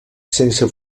sense